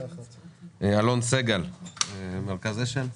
אלון סגל ממרכז השל.